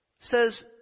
says